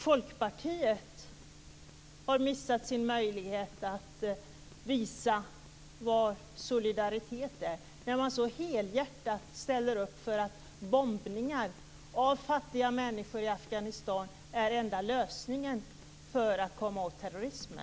Folkpartiet har missat sin möjlighet att visa vad solidaritet är när det så helhjärtat ställer upp för att bombningar av fattiga människor i Afghanistan är enda lösningen för att komma åt terrorismen.